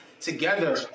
together